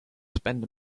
spend